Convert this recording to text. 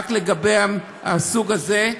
רק לגבי הסוג הזה,